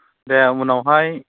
दे उनावहाय